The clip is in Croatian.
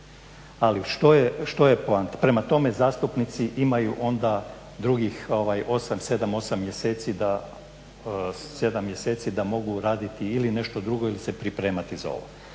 Ali što je poanta? Prema tome zastupnici imaju onda drugih 8, 7, 8 mjeseci da, 7 mjeseci da mogu raditi ili nešto drugo ili se pripremati za ovo.